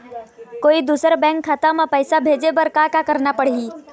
कोई दूसर बैंक खाता म पैसा भेजे बर का का करना पड़ही?